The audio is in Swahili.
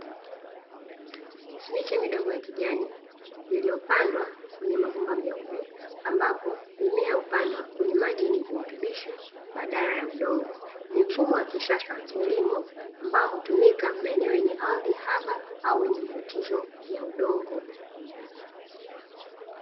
Miche midogo ya kijani, iliyopandwa kwenye mabomba meupe, ambapo mimea hupandwa kwenye maji yenye virutubisho bdala ya udongo. Ni mfumo wa kisasa wa kilimo, ambao hutumika ameneo yenye ardhi haba, au yenye matatizo ya udongo.